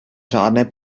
žádné